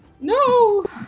No